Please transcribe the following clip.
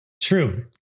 True